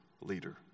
leader